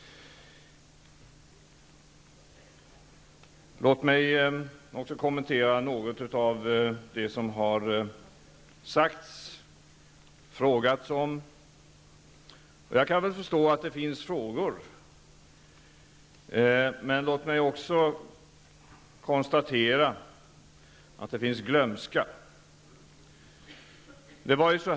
Låt mig också kommentera något av det som har sagts, och frågats om. Jag kan förstå att det finns frågor. Men jag konstaterar också att det finns glömska.